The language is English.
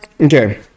okay